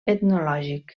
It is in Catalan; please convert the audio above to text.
etnològic